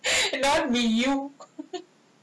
not with you